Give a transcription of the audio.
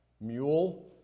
mule